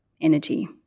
energy